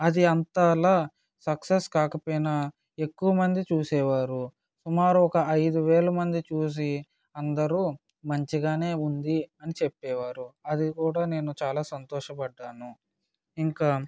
అది అంతగా సక్సెస్ కాకపోయినా ఎక్కువ మంది చూసేవారు సుమారు ఒక ఐదు వేల మంది చూసి అందరూ మంచిగానే ఉంది అని చెప్పేవారు అది కూడా నేను చాలా సంతోషపడ్డాను ఇంకా